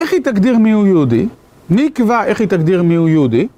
איך היא תגדיר מיהו יהודי? מי יקבע איך היא תגדיר מיהו יהודי?